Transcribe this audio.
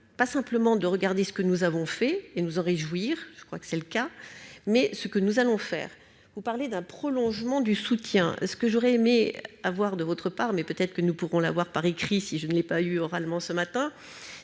pas simplement de regarder ce que nous avons fait et nous en réjouir, je crois que c'est le cas, mais ce que nous allons faire, vous parlez d'un prolongement du soutien, ce que j'aurais aimé avoir de votre part mais peut-être que nous pourrons l'avoir par écrit, si je ne l'ai pas eu oralement, ce matin,